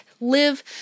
live